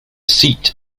seat